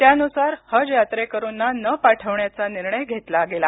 त्यानुसार हज यात्रेकरूंना न पाठवण्याचा निर्णय घेतला गेला